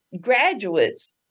graduates